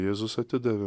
jėzus atidavė